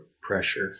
pressure